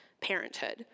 parenthood